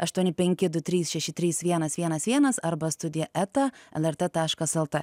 aštuoni penki du trys šeši trys vienas vienas vienas arba studija eta lrt taškas lt